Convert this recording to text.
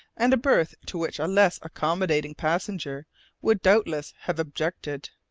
and a berth to which a less accommodating passenger would doubtless have objected.